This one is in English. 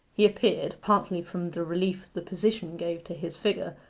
he appeared, partly from the relief the position gave to his figure,